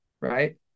right